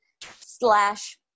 slash